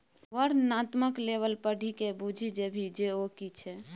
वर्णनात्मक लेबल पढ़िकए बुझि जेबही जे ओ कि छियै?